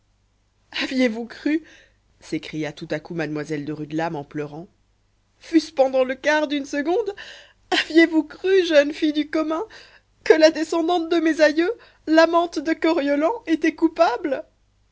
aviez-vous cru s'écria tout à coup mademoiselle de rudelame en pleurant fusse pendant le quart d'une seconde aviez-vous cru jeunes filles du commun que la descendante de mes aïeux l'amante de coriolan était coupable